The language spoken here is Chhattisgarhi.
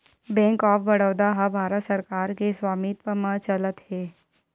बेंक ऑफ बड़ौदा ह भारत सरकार के स्वामित्व म चलत हे